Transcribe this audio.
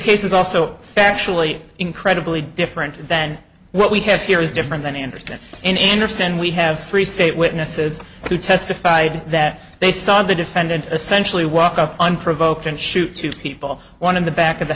case is also factually incredibly different than what we have here is different than anderson and anderson we have three state witnesses who testified that they saw the defendant essentially walk up unprovoked and shoot two people one in the